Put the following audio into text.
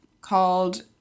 called